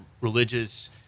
religious